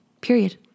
period